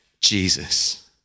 Jesus